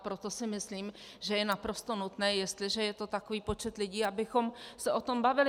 Proto si myslím, že je naprosto nutné, jestliže je to takový počet lidí, abychom se o tom bavili.